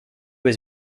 his